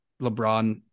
lebron